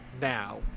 now